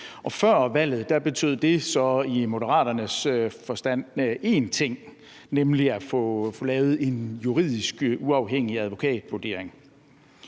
før valget betød det så i Moderaternes forstand én ting, nemlig at få lavet en juridisk uafhængig advokatvurdering.